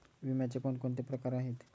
विम्याचे कोणकोणते प्रकार आहेत?